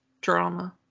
drama